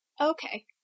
Okay